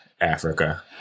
Africa